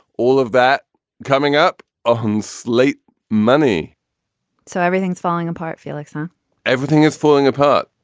all of that coming up on slate money so everything's falling apart, felix um everything is falling apart.